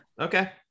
Okay